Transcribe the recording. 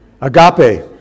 Agape